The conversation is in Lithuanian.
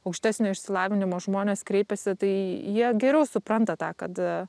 aukštesnio išsilavinimo žmonės kreipiasi tai jie geriau supranta tą kad